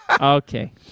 okay